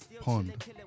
Pond